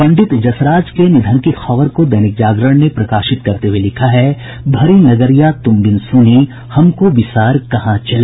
पंडित जसराज के निधन की खबर को दैनिक जागरण ने प्रकाशित करते हुए लिखा है भरी नगरिया तुम बिन सूनी हमको बिसार कहां चले